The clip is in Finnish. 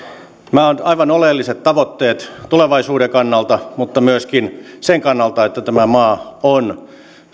nämä ovat aivan oleelliset tavoitteet tulevaisuuden kannalta mutta myöskin sen kannalta että tämä maa on